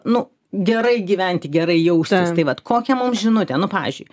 nu gerai gyventi gerai jaustis tai vat kokią mums žinutę nu pavyzdžiui